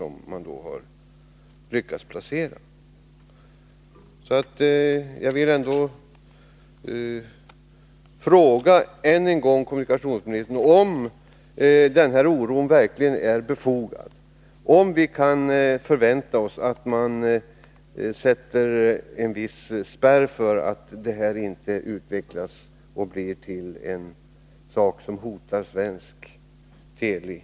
Människorna har då hunnit vänja sig vid den typ av produkter som man lyckas placera på marknaden.